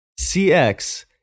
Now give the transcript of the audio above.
CX